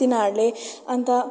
तिनीहरूले अन्त